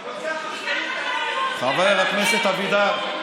לא נפסיק את ההפגנות,